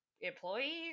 employee